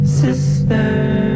sister